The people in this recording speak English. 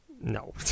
No